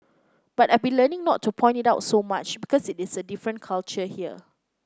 but I've been learning not to point it out so much because it is a different culture here